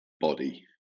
body